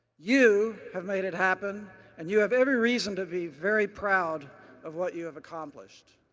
you have made it happen and you have every reason to be very proud of what you have accomplished.